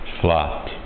flat